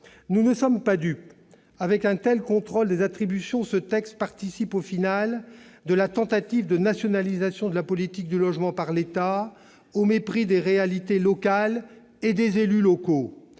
Nous ne sommes pas dupes : avec un tel contrôle des attributions, ce texte participe au final de la tentative de nationalisation de la politique du logement par l'État, au mépris des réalités locales et des élus locaux.